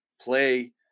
play